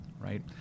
right